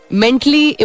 mentally